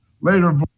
Later